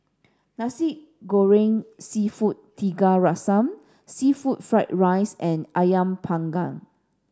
Nasi Goreng Seafood Tiga Rasa seafood fried rice and Ayam panggang